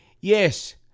Yes